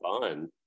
fun